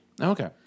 Okay